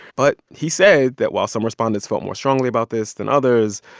but he said that while some respondents felt more strongly about this than others,